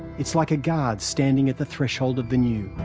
it's like a guard standing at the threshold of the new.